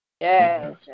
Yes